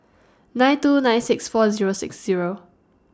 nine two nine six four Zero six Zero